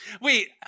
wait